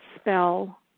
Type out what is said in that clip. spell